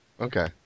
Okay